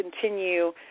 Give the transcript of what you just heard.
continue